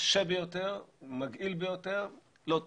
קשה ביותר, מגעיל ביותר, לא טוב.